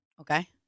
Okay